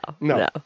no